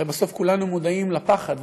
הרי בסוף כולנו מודעים לפחד,